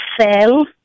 cell